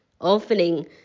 opening